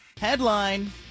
Headline